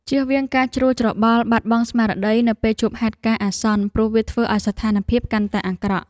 ជៀសវាងការជ្រួលច្របល់បាត់បង់ស្មារតីនៅពេលជួបហេតុការណ៍អាសន្នព្រោះវាធ្វើឱ្យស្ថានភាពកាន់តែអាក្រក់។